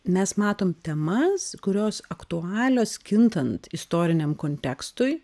mes matom temas kurios aktualios kintant istoriniam kontekstui